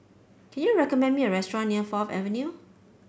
can you recommend me a restaurant near Fourth Avenue